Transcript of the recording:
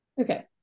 okay